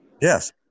Yes